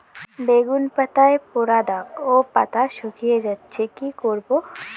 বেগুন পাতায় পড়া দাগ ও পাতা শুকিয়ে যাচ্ছে কি করব?